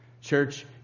Church